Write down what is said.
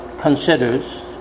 considers